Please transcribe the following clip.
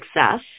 success